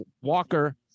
Walker